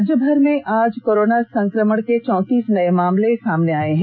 राज्यभर में आज कोरोना संकमण के चौतीस नये मामले सामने आये हैं